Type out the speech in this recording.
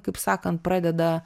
kaip sakant pradeda